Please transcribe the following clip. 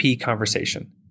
conversation